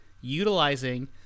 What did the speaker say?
utilizing